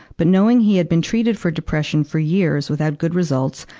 but knowing he had been treated for depression for years without good results,